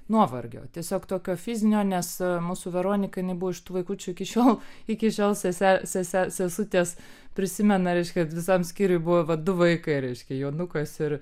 nuovargio tiesiog tokio fizinio nes mūsų veronika jinai buvo iš tų vaikučių iki šiol iki šiol sese sese sesutės prisimena reiškia kad visam skyriuj buvo vat du vaikai reiškia jonukas ir